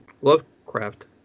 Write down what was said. Lovecraft